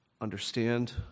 understand